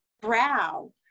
brow